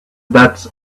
that